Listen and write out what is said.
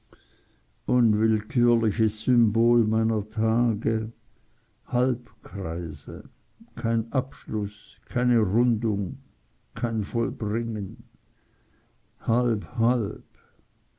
unwillkürliches symbol meiner tage halbkreise kein abschluß keine rundung kein vollbringen halb halb